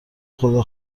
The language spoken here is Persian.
خدا